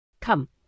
Come